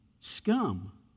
scum